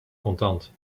contant